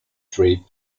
trip